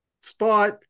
spot